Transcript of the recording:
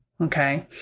Okay